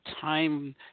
time